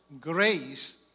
grace